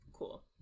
cool